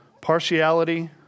partiality